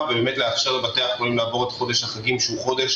ובאמת לאפשר לבתי החולים לעבור את חודש החגים שהוא חודש